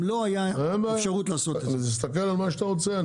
לא הייתה אפשרות לעשות את זה תסתכל על מה שאתה רוצה,